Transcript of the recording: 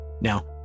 Now